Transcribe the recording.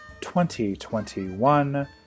2021